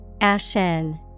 ashen